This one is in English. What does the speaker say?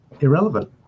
irrelevant